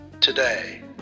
today